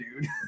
dude